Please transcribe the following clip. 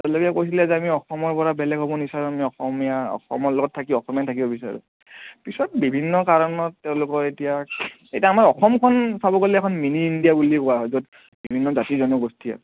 তেওঁলোকে কৈছিলে যে আমি অসমৰ পৰা বেলেগ হ'ব নিবিচাৰোঁ আমি অসমীয়া অসমৰ লগত থাকি অসমীয়াত থাকিব বিচাৰোঁ পিছত বিভিন্ন কাৰণত তেওঁলোকৰ এতিয়া এতিয়া আমাৰ অসমখন চাব গ'লে এখন মিনি ইণ্ডিয়া বুলি কোৱা হয় য'ত বিভিন্ন জাতি জনগোষ্ঠী